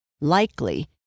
Likely